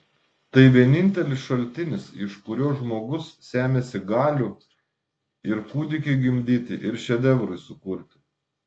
tai vienintelis šaltinis iš kurio žmogus semiasi galių ir kūdikiui gimdyti ir šedevrui sukurti